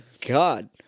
God